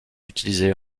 utilisées